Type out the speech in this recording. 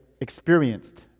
experienced